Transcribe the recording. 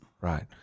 right